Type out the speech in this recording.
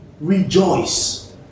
Rejoice